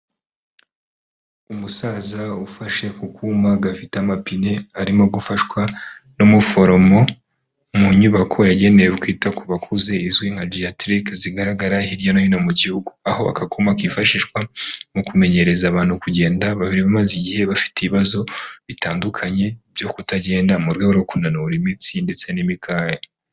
Umusaza ufashe ku kuma gafite amapine arimo gufashwa n'umuforomo mu nyubako yagenewe kwita ku bakuze izwi nka jiyatrick zigaragara hirya no hino mu gihugu, aho aka kuma kifashishwa mu kumenyereza abantu kugenda bari bamaze igihe bafite ibibazo bitandukanye byo kutagenda mu rwego rwo kunanura imitsi ndetse n'imikaya.